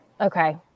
Okay